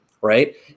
right